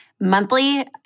monthly